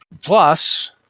Plus